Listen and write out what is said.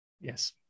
Yes